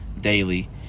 daily